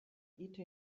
eth